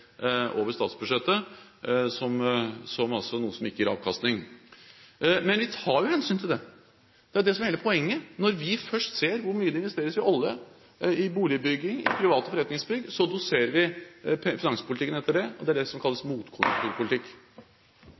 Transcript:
over statsbudsjettet til noe som ikke gir avkastning, men vi tar jo hensyn til det. Det er jo det som er hele poenget. Når vi først ser hvor mye som investeres i olje, i boligbygging og i private forretningsbygg, doserer vi finanspolitikken etter det. Det er det som kalles